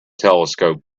telescope